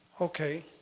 Okay